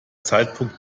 zeitpunkt